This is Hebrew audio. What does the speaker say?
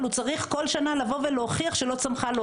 אבל הוא צריך כל שנה לבוא ולהוכיח שלא צמחה לו